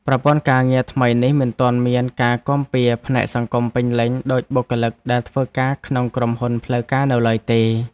ប្រព័ន្ធការងារថ្មីនេះមិនទាន់មានការគាំពារផ្នែកសង្គមពេញលេញដូចបុគ្គលិកដែលធ្វើការក្នុងក្រុមហ៊ុនផ្លូវការនៅឡើយទេ។